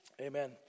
Amen